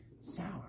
sour